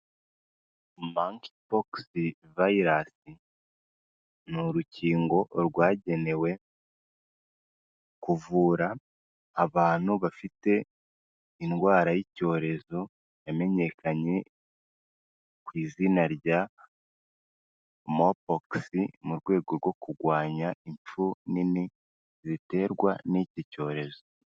Monkeypox Virus. Ni urukingo rwagenewe kuvura abantu bafite indwara y'icyorezo yamenyekanye ku izina rya Mopox mu rwego rwo kurwanya impfu nini ziterwa n'iki cyorezo.